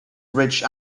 rich